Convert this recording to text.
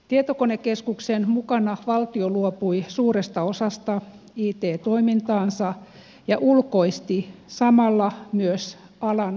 tietokonekeskuksen mukana valtio luopui suuresta osasta it toimintaansa ja ulkoisti samalla myös alan asiantuntemuksen